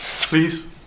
Please